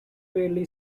fairly